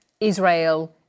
Israel